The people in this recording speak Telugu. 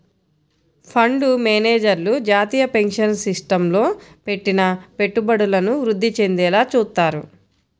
ఫండు మేనేజర్లు జాతీయ పెన్షన్ సిస్టమ్లో పెట్టిన పెట్టుబడులను వృద్ధి చెందేలా చూత్తారు